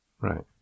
Right